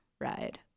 ride